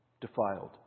defiled